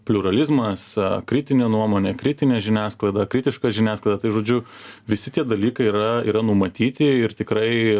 pliuralizmas kritinė nuomonė kritinė žiniasklaida kritiška žiniasklaida tai žodžiu visi tie dalykai yra yra numatyti ir tikrai